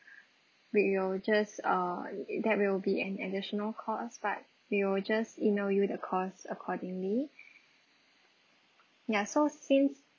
we will just ah that will be an additional costs but we will just let you know you the cost accordingly ya so since